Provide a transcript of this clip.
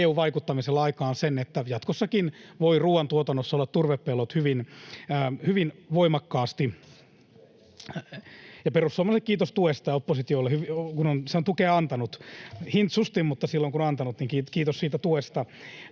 EU-vaikuttamisella aikaan sen, että jatkossakin voivat ruuantuotannossa olla turvepellot hyvin voimakkaasti. Ja perussuomalaisille ja oppositiolle kiitos tuesta, kun se on tukea antanut — hintsusti, mutta silloin kun on tukea antanut, niin kiitos siitä.